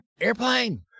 Airplane